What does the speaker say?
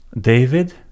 David